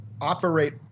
operate